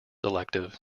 elective